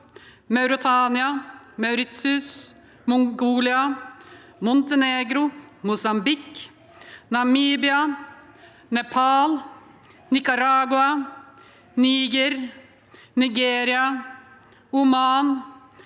Mauritania, Mauritius, Mongolia, Montenegro, Mosambik, Namibia, Nepal, Nicaragua, Niger, Nigeria, Oman,